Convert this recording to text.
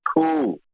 cool